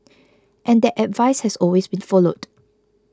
and that advice has always been followed